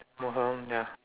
more um ya